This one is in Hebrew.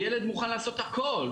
ילד מוכן לעשות הכול.